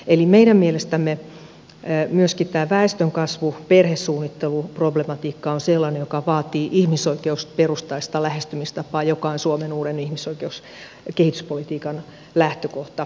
eli meidän mielestämme myöskin tämä väestönkasvu perhesuunnitteluproblematiikka on sellainen joka vaatii ihmisoikeusperustaista lähestymistapaa joka on suomen uuden kehityspolitiikan lähtökohta